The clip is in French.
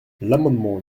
l’amendement